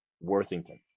Worthington